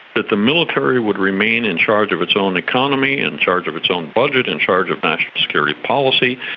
that the military would remain in charge of its own economy, in charge of its own budget, in charge of national security policy,